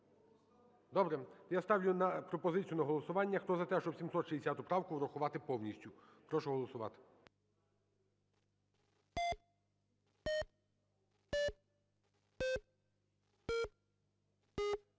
Добре, я ставлю пропозицію на голосування. Хто за те, щоб 760 правку врахувати повністю? Прошу голосувати.